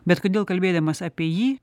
bet kodėl kalbėdamas apie jį